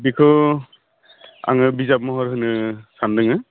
बेखौ आङो बिजाब महर होनो सान्दोङो